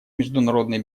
международной